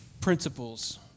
principles